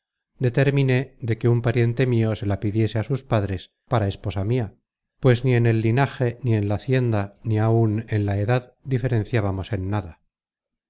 determiné de que un pariente mio se la pidiese á sus padres para esposa mia pues ni en el linaje ni en la hacienda ni áun en la edad diferenciábamos en nada